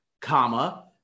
comma